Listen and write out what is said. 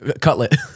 cutlet